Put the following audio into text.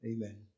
Amen